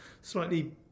slightly